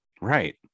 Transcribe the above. Right